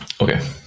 Okay